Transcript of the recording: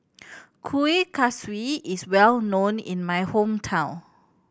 Kuih Kaswi is well known in my hometown